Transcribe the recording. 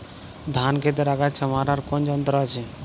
ধান ক্ষেতের আগাছা মারার কোন যন্ত্র আছে?